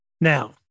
Now